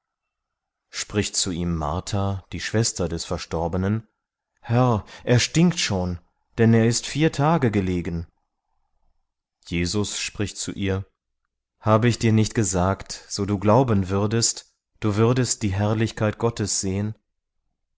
spricht zu ihm martha die schwester des verstorbenen herr er stinkt schon denn er ist vier tage gelegen jesus spricht zu ihr habe ich dir nicht gesagt so du glauben würdest du würdest die herrlichkeit gottes sehen